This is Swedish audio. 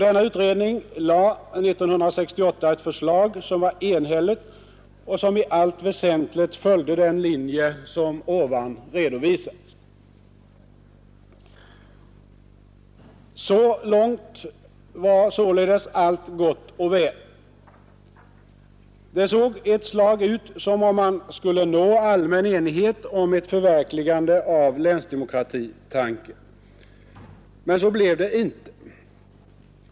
Denna utredning lade 1968 fram ett enhälligt förslag som i allt väsentligt följde den linje som nyss redovisats. Så långt var således allt gott och väl. Det såg ett slag ut som om man skulle nå allmän enighet om ett förverkligande av länsdemokratitanken. Men så blev det inte.